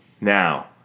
Now